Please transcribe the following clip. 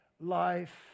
life